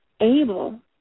able